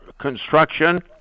construction